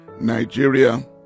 Nigeria